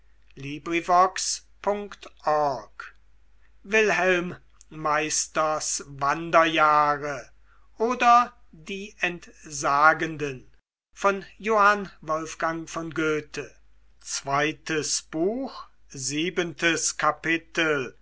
wilhelm meisters wanderjahre oder die entsagenden